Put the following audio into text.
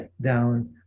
down